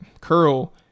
Curl